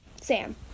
Sam